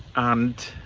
and